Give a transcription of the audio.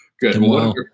Good